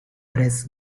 press